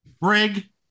Brig